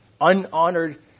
unhonored